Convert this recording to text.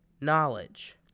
knowledge